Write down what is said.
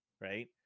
right